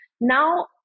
Now